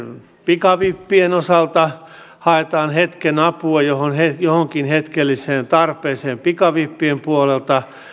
pikavippien osalta haetaan hetken apua johonkin hetkelliseen tarpeeseen pikavippien puolelta